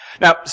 Now